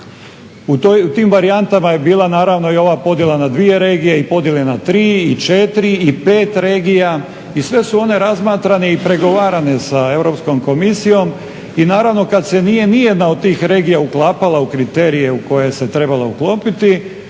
U tim varijantama je bila naravno i ova podjela na 2 regije i podjele na 3 i 4 i 5 regija i sve su one razmatrane i pregovarane sa EU komisijom i naravno kada se nijedna od tih regija uklapala u kriterije u koje se trebala uklopiti